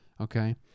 Okay